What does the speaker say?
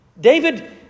David